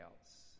else